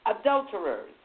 adulterers